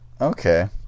okay